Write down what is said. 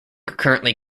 currently